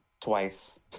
twice